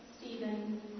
Stephen